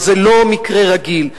וזה לא מקרה רגיל.